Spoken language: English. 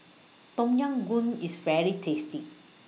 Tom Yam Goong IS very tasty